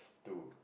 to